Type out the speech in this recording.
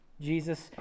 Jesus